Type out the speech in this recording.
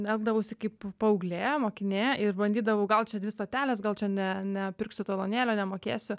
elgdavausi kaip paauglė mokinė ir bandydavau gal čia dvi stotelės gal čia ne nepirksiu talonėlio nemokėsiu